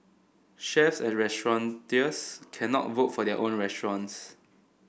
chefs and restaurateurs cannot vote for their own restaurants